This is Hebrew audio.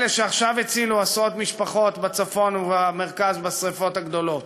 מאלה שעכשיו הצילו עשרות משפחות בצפון ובמרכז בשרפות הגדולות.